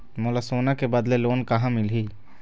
मोला सोना के बदले लोन कहां मिलही?